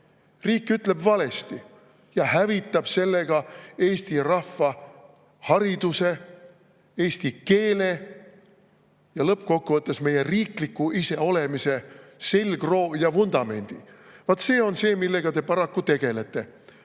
Riik ütleb valesti ja hävitab sellega eesti rahva hariduse, eesti keele ja lõppkokkuvõttes meie riikliku iseolemise selgroo ja vundamendi. Vaat see on see, millega te paraku tegelete.